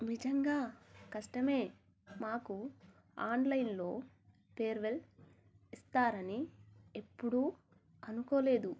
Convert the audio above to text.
నిజంగా కష్టమే మాకు ఆన్లైన్లో ఫేర్వెల్ ఇస్తారని ఎప్పుడూ అనుకోలేదు